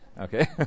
Okay